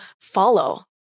follow